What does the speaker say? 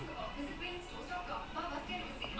but then they are still top no wait are they top